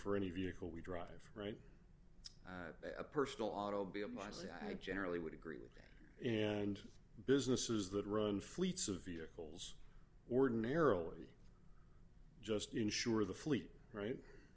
for any vehicle we drive right a personal auto b m i z i generally would agree with that and businesses that run fleets of vehicles ordinarily just insure the fleet right